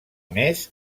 més